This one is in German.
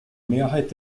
mehrheit